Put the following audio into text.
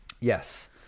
Yes